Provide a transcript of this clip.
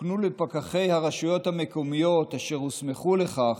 הוקנו לפקחי הרשויות המקומיות אשר הוסמכו לכך